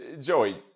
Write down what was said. Joey